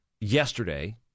yesterday